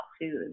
food